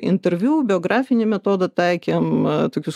interviu biografinį metodą taikėm tokius